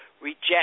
reject